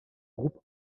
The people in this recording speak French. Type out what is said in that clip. groupe